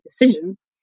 decisions